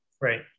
Right